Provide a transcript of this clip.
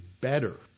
better